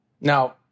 Now